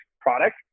product